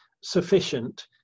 sufficient